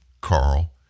Carl